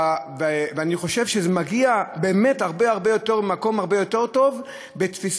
ואני חושב שזה מגיע באמת ממקום הרבה הרבה יותר טוב בתפיסה.